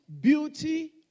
beauty